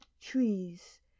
trees